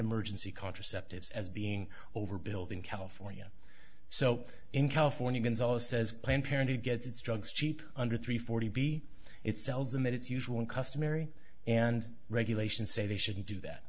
emergency contraceptives as being overbilled in california so in california gonzales says planned parenthood gets its drugs cheap under three forty b it sells them at its usual and customary and regulations say they shouldn't do that